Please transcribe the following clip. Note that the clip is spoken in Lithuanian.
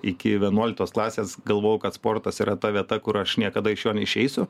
iki vienuoliktos klasės galvojau kad sportas yra ta vieta kur aš niekada neišeisiu